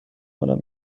کنم